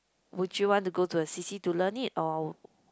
would you want to go to a C_C to learn it or